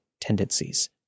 tendencies